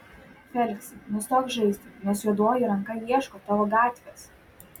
feliksai nustok žaisti nes juodoji ranka ieško tavo gatvės